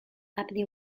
abney